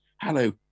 hello